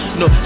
no